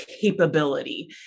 capability